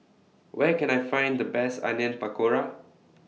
Where Can I Find The Best Onion Pakora